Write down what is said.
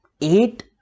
eight